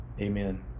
Amen